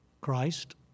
Christ